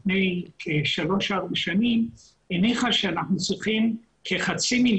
לפני כשלוש ארבע שנים הניחה שאנחנו צריכים כ-500,000,000